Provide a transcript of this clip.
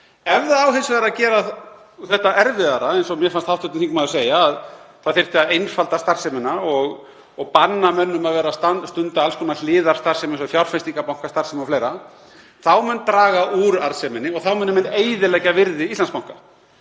Ef það á hins vegar að gera þetta erfiðara, eins og mér fannst hv. þingmaður segja, að það þyrfti að einfalda starfsemina og banna mönnum að vera að stunda alls konar hliðarstarfsemi eins og fjárfestingarbankastarfsemi og fleira, þá mun draga úr arðseminni og þá munu menn eyðileggja virði Íslandsbanka.